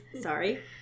Sorry